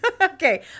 okay